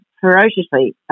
ferociously